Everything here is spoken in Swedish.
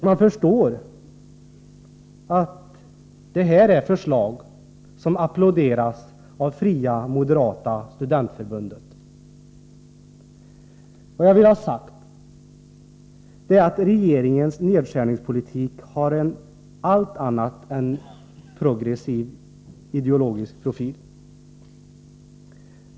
Man förstår att det här är förslag som applåderas av Fria moderata studentförbundet. Vad jag vill ha sagt är att regeringens nedskärningspolitik har en allt annat än progressiv ideologisk profil.